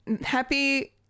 happy